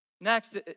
Next